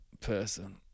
person